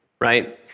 right